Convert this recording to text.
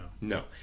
No